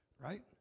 right